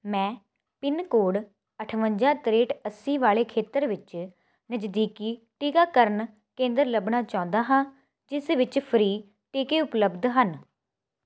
ਮੈਂ pin code ਅਠਵੰਜਾ ਤ੍ਰੇਹਠ ਅੱਸੀ ਵਾਲੇ ਖੇਤਰ ਵਿੱਚ ਨਜ਼ਦੀਕੀ ਟੀਕਾਕਰਨ ਕੇਂਦਰ ਲੱਭਣਾ ਚਾਹੁੰਦਾ ਹਾਂ ਜਿਸ ਵਿੱਚ ਫ੍ਰੀ ਟੀਕੇ ਉਪਲੱਬਧ ਹਨ